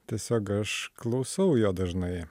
tiesiog aš klausau jo dažnai